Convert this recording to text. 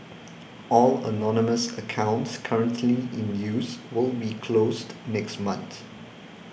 all anonymous accounts currently in use will be closed next month